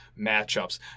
matchups